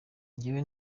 njyewe